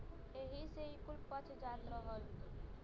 एही से ई कुल पच जात रहल